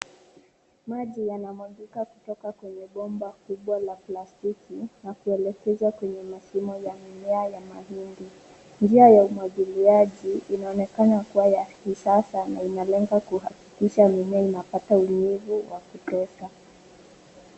Maji yanamwagika kutoka bomba kubwa la plastiki na kuelekezwa kwenye mashimo ya mimea ya mahindi. Njia ya umwagiliaji inaonekana kuwa ya kisasa na inalenga kuhakikisha mimea imepata unyevu wa kutosha.